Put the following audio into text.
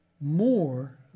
more